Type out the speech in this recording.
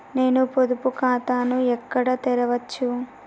నేను పొదుపు ఖాతాను ఎక్కడ తెరవచ్చు?